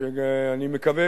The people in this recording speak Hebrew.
שאני מקווה,